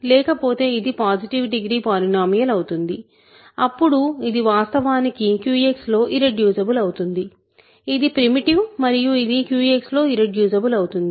లేకపోతే ఇది positive degree polynomial అవుతుంది అప్పుడు ఇది వాస్తవానికి QX లో ఇర్రెడ్యూసిబుల్ అవుతుంది ఇది ప్రిమిటివ్ మరియు ఇది Q X లో ఇర్రెడ్యూసిబుల్ అవుతుంది